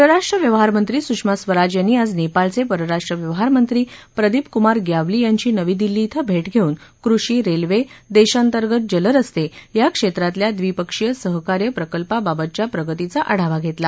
परराष्ट्र व्यवहारमंत्री सुषमा स्वराज यांनी आज नेपाळचे परराष्ट्रव्यवहार मंत्री प्रदीप कुमार य्यावली यांची नवी दिल्ली इथं भेट घेऊन कृषी रेल्वे देशांतर्गत जलरस्ते या क्षेत्रातल्या द्विपक्षीय सहकार्य प्रकल्पाबाबतच्या प्रगतीचा आढावा घेतला